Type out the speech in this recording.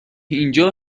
اینجا